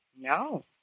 No